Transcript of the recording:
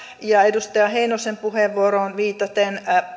edustaja heinosen puheenvuoroon viitaten